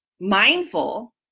mindful